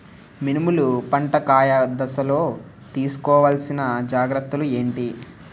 మినుములు పంట కాయ దశలో తిస్కోవాలసిన జాగ్రత్తలు ఏంటి?